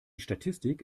statistik